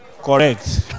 correct